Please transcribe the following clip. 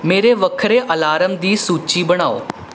ਮੇਰੇ ਵੱਖਰੇ ਅਲਾਰਮ ਦੀ ਸੂਚੀ ਬਣਾਓ